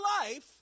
life